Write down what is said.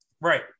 Right